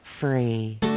Free